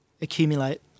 accumulate